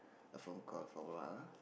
phone call so loud ah